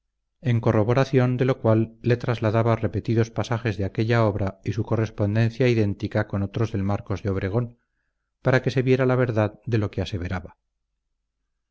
en corroboración de lo cual le trasladaba repetidos pasajes de aquella obra y su correspondencia idéntica con otros del marcos de obregón para que se viera la verdad de lo que aseveraba